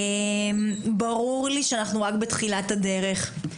ברור לי שאנחנו רק בתחילת הדרך.